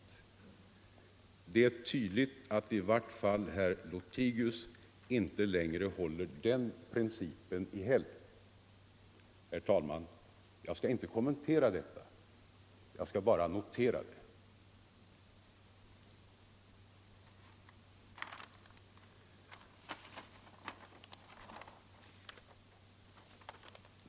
Det är tydligt att i vart fall herr Lothigius inte längre håller den principen i helgd. Jag skall inte kommentera detta, herr talman, bara notera det.